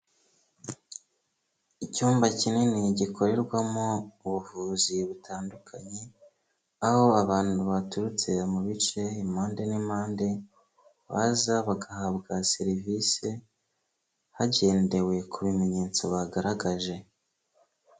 Icyumba kinini gikorerwamo ubuvuzi butandukanye, aho abantu baturutse mu bice impande n'impande baza bagahabwa serivisi hagendewe ku bimenyetso bagaragaje.